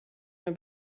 mehr